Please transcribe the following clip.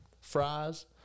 fries